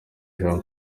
jean